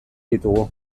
ditugu